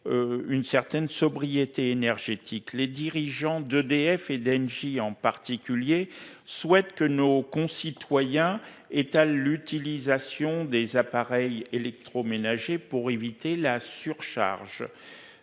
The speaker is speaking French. Une certaine sobriété énergétique, les dirigeants d'EDF et d'Engie en particulier souhaite que nos concitoyens et l'utilisation des appareils électroménagers. Pour éviter la surcharge.